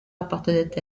appartenait